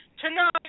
Tonight